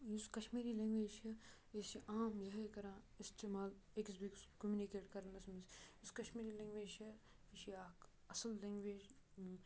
یُس کشمیٖری لٮ۪نٛگویج چھِ یہِ چھِ عام یِہٕے کَران استعمال أکِس بیٚکِس کوٚمنِکیٹ کَرنَس منٛز یُس کشمیٖری لٮ۪نٛگویج چھِ یہِ چھِ اَکھ اَصٕل لٮ۪نٛگویج